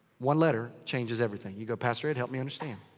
one letter changes everything. you go, pastor ed, help me understand.